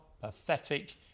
pathetic